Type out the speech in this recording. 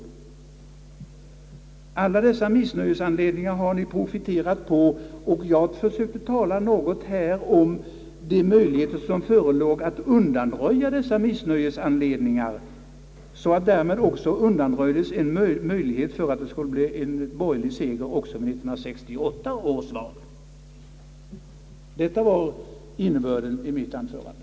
Alla dessa missnöjesanledningar har ni profiterat på. Jag försökte här att något tala om de möjligheter, som förelåg att undanröja dessa missnöjesanledningar, så att därmed även undanröjdes möjligheterna att få en borgerlig seger även vid 1968 års val. Detta var innebörden i denna del av mitt anförande.